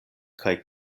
kaj